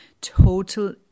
total